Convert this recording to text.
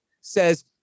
says